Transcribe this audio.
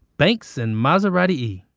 banks and maserati e